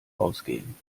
ausgehen